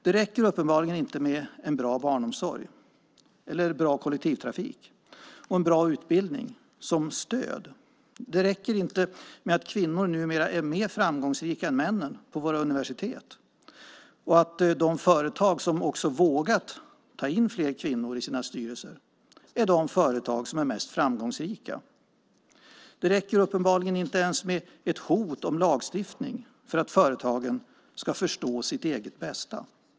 Det räcker uppenbarligen inte med bra barnomsorg, bra kollektivtrafik och bra utbildning som stöd. Det räcker inte att kvinnor numera är mer framgångsrika än männen på våra universitet och att de företag som vågat ta in fler kvinnor i sina styrelser är de företag som är mest framgångsrika. Det räcker uppenbarligen inte ens med ett hot om lagstiftning för att företagen ska förstå sitt eget bästa.